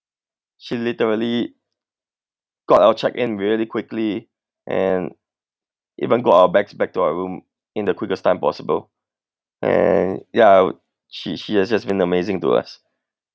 she literally got our check in really quickly and even got our bags back to our room in the quickest time possible and yeah I would she she has just been amazing to us